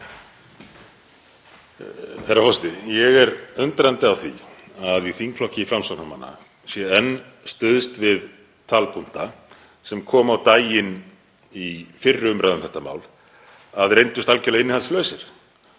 Herra forseti. Ég er undrandi á því að í þingflokki Framsóknarmanna sé enn stuðst við talpunkta sem kom á daginn í fyrri umræðu um þetta mál að reyndust algerlega innihaldslausir,